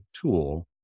tool